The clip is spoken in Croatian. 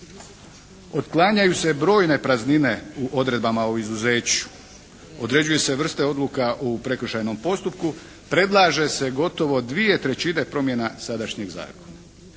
Otklanjanju se brojne praznine u odredbama o izuzeću, određuju se vrste odluka u prekršajnom postupku, predlaže se gotovo dvije trećine promjena sadašnjeg zakona.